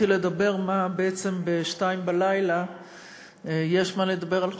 לדבר מה בעצם ב-02:00 יש לדבר על חוק.